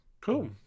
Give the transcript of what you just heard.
Cool